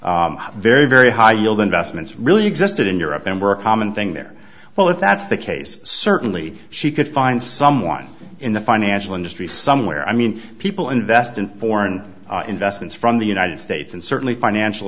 risk very very high yield investments really existed in europe and were a common thing there well if that's the case certainly she could find someone in the financial industry somewhere i mean people invest in foreign investments from the united states and certainly financial